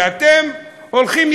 ואתם הולכים,